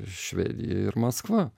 švedija ir maskva